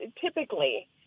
typically